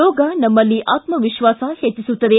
ಯೋಗ ನಮ್ನಲ್ಲಿ ಆತ್ಪವಿಶ್ವಾಸ ಹೆಚ್ಚಿಸುತ್ತದೆ